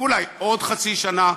אולי עוד חצי שנה,